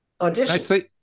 Audition